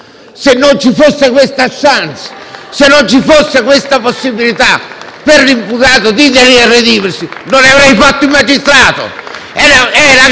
Se non ci fosse questa *chance*, se non ci fosse questa possibilità per l'imputato di redimersi, non avrei fatto il magistrato.